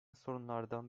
sorunlardan